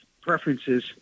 preferences